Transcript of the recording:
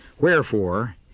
Wherefore